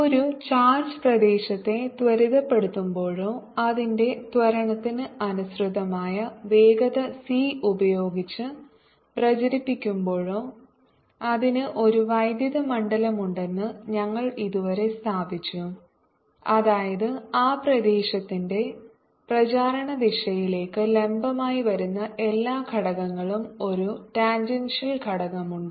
ഒരു ചാർജ് പ്രദേശത്തെ ത്വരിതപ്പെടുത്തുമ്പോഴോ അതിന്റെ ത്വരണത്തിന് അനുസൃതമായോ വേഗത c ഉപയോഗിച്ച് പ്രചരിപ്പിക്കുമ്പോൾ അതിന് ഒരു വൈദ്യുത മണ്ഡലമുണ്ടെന്ന് ഞങ്ങൾ ഇതുവരെ സ്ഥാപിച്ചു അതായത് ആ പ്രദേശത്തിന്റെ പ്രചാരണ ദിശയിലേക്ക് ലംബമായി വരുന്ന എല്ലാ ഘടകങ്ങളും ഒരു ടാൻജൻഷ്യൽ ഘടകമുണ്ട്